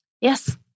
Yes